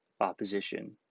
opposition